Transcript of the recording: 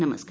नमस्कार